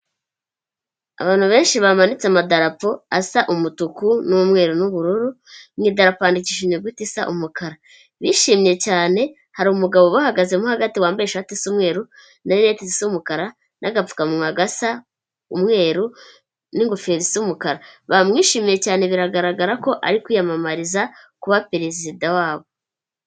Abantu benshi bamanitse amadarapo asa umutuku, n'umweru n'ubururu. Mu idarapo handikishije inyuguti isa umukara, bishimye cyane hari umugabo bahagaze mo hagati wambaye ishati isa umweru na rineti z'umukara, n'agapfukamunwa gasa umweru, n'ingofero isa umukara. Bamwishimiye cyane biragaragara ko ari kwiyamamariza kuba perezida wabo.